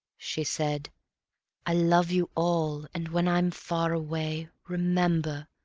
she said i love you all, and when i'm far away, remember,